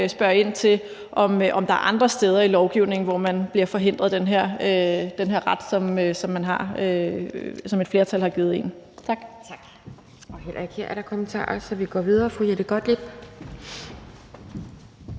spørge ind til, om der er andre steder i lovgivningen, hvor man bliver forhindret i den her ret, som et flertal har givet en. Tak.